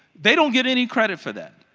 they don't get any credit for that.